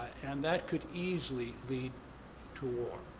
and that could easily lead to war.